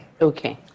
Okay